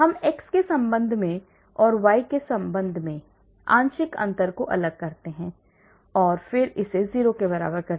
हम x के संबंध में और y के संबंध में आंशिक अंतर को अलग करते हैं और फिर इसे 0 के बराबर करते हैं